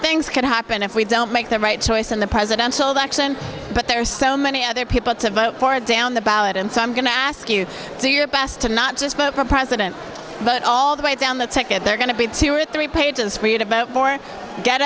things could happen if we don't make the right choice in the presidential election but there are so many other people to vote for down the ballot and so i'm going to ask you do your best to not just vote for president but all the way down the ticket they're going to be two or three pages create about four get